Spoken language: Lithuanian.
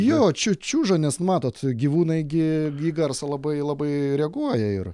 jo čiu čiuža nes matot gyvūnai gi į garsą labai labai reaguoja ir